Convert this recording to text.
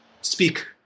speak